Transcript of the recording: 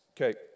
Okay